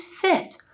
fit